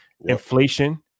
Inflation